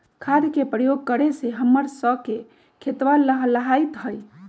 खाद के प्रयोग करे से हम्मर स के खेतवा लहलाईत हई